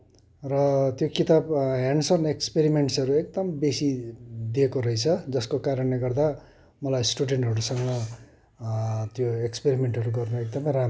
र त्यो किताब हेन्डसम एक्सपेरिमेन्टसहरू एकदम बेसी दिएको रहेछ जसको कारणले गर्दा मलाई स्टुडेन्टहरूसँग त्यो एक्सपेरिमेन्टहरू गर्नु एकदमै राम्रो भयो